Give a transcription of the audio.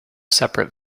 separate